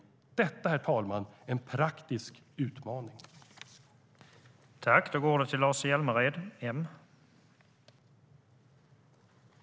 Detta, herr talman, är en praktisk utmaning.